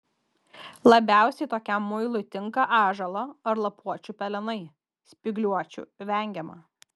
labiausiai tokiam muilui tinka ąžuolo ar lapuočių pelenai spygliuočių vengiama